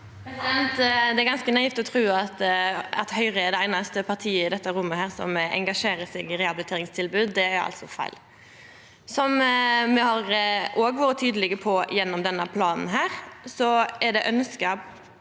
Det er ganske naivt å tru at Høgre er det einaste partiet i dette rommet som engasjerer seg i rehabiliteringstilbod. Det er altså feil. Som me òg har vore tydelege på gjennom denne planen, er det ønska